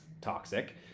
toxic